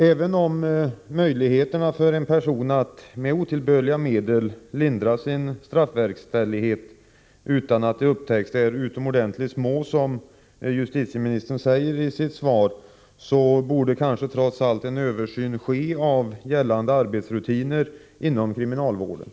Även om möjligheterna för en person att med otillbörliga medel lindra straffverkställighet, utan att det upptäcks, är ”utomordentligt små”, som justitieministern säger i sitt svar, borde kanske trots allt en översyn göras av arbetsrutinerna inom kriminalvården.